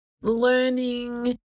learning